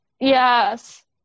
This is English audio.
Yes